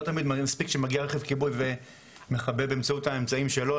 לא תמיד מספיק שמגיע רכב כיבוי ומכבה באמצעות האמצעים שלו,